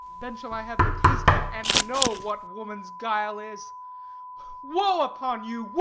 then shall i have the taste of it, and know what woman's guile is woe upon you,